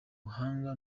buhanga